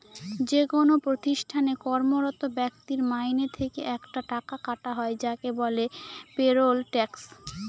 যেকোনো প্রতিষ্ঠানে কর্মরত ব্যক্তির মাইনে থেকে একটা টাকা কাটা হয় যাকে বলে পেরোল ট্যাক্স